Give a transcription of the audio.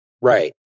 Right